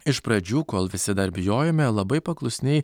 iš pradžių kol visi dar bijojome labai paklusniai